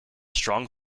strong